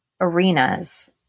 arenas